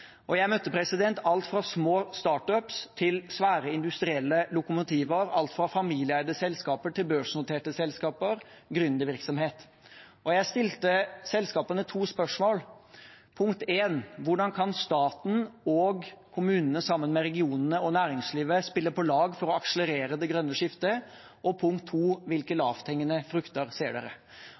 og jeg møtte alt fra små «startups» til svære industrielle lokomotiver, alt fra familieeide selskaper til børsnoterte selskaper og gründervirksomhet. Jeg stilte selskapene to spørsmål. Punkt 1: Hvordan kan staten og kommunene sammen med regionene og næringslivet spille på lag for å akselerere det grønne skiftet? Og punkt 2: Hvilke lavthengende frukter ser dere?